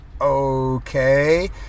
okay